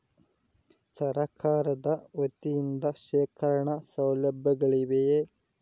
ಸರಕಾರದ ವತಿಯಿಂದ ಶೇಖರಣ ಸೌಲಭ್ಯಗಳಿವೆಯೇ?